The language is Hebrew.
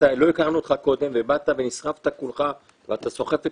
לא הכרנו אותך קודם ובאת ונסחפת כולך ואתה סוחף את